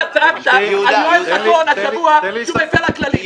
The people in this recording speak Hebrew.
אתה צעקת על יואל חסון הצבוע שהוא מפר הכללים.